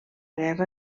guerra